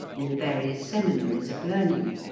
in the various seminaries of learning,